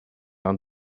ond